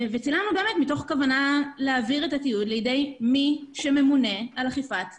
צילמנו באמת מתוך כוונה להעביר את התיעוד לידי הממונה על אכיפת החוק.